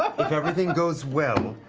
if everything goes well,